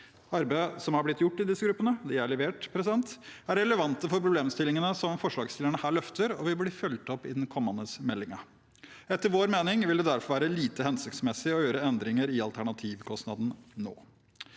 Arbeidet som har blitt gjort i disse gruppene, og som er levert, er relevant for problemstillingene som forslagsstillerne her løfter, og vil bli fulgt opp i den kommende meldingen. Etter vår mening vil det derfor være lite hensiktsmessig å gjøre endringer i alternativkostnaden nå.